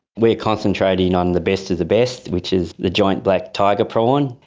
we are concentrating on the best of the best, which is the giant black tiger prawn,